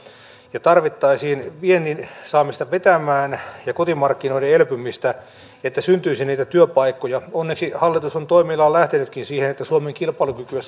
ja tarvittaisiin viennin saamista vetämään ja kotimarkkinoiden elpymistä että syntyisi niitä työpaikkoja onneksi hallitus on toimillaan lähtenytkin siihen että suomen kilpailukykyä